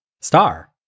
Star